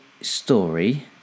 story